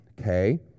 Okay